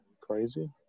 crazy